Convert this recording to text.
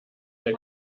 der